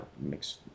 Mix